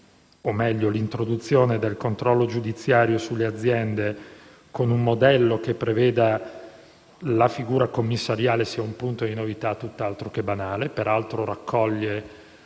- meglio - l'introduzione del controllo giudiziario sulle aziende con un modello che preveda la figura commissariale sia un punto di novità tutt'altro che banale e, peraltro, raccoglie